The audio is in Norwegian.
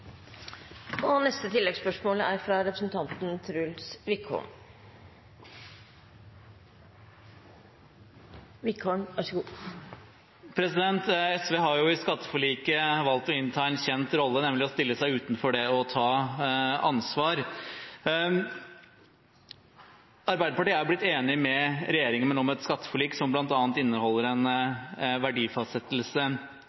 har jo i skatteforliket valgt å innta en kjent rolle, nemlig å stille seg utenfor det å ta ansvar. Arbeiderpartiet er blitt enig med regjeringen om et skatteforlik som bl.a. inneholder en